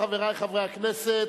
חברי חברי הכנסת,